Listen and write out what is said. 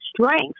strength